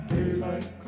Daylight